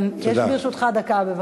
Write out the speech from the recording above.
יש לך דקה, בבקשה.